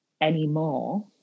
anymore